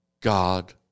God